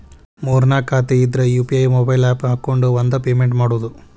ಮೂರ್ ನಾಕ್ ಖಾತೆ ಇದ್ರ ಯು.ಪಿ.ಐ ಮೊಬೈಲ್ ಆಪ್ ಹಾಕೊಂಡ್ ಒಂದ ಪೇಮೆಂಟ್ ಮಾಡುದು